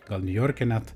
gal niujorke net